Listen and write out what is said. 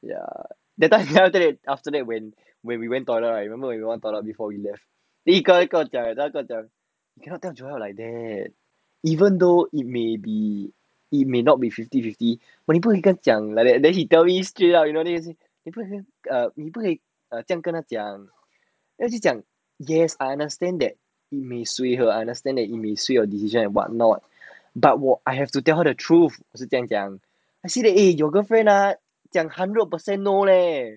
ya then after that when when we went toilet right I remember we went toilet before we left the guy tell me like you cannot tell people like that even though it may be it may not be fifty fifty but 你不应该讲 like that then he tell me straight up you know then he say err 你不可以这样跟他讲 then 我就讲 yes I understand that it may sway her I understand that it may sway your decision and what not but 我 I have to tell her the truth so that ya then he say that ya eh your girlfriend ah 讲 hundred percent no leh at least 我给